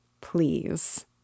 Please